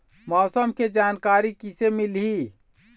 मौसम के जानकारी किसे मिलही?